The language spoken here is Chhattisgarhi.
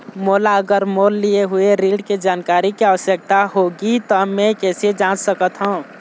मोला अगर मोर लिए हुए ऋण के जानकारी के आवश्यकता होगी त मैं कैसे जांच सकत हव?